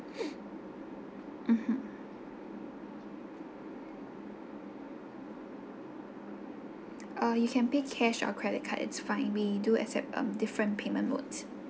mmhmm uh you can pay cash or credit card it's fine we do accept um different payment modes